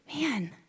man